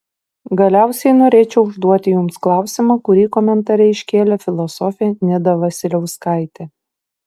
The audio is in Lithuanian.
galiausiai norėčiau užduoti jums klausimą kurį komentare iškėlė filosofė nida vasiliauskaitė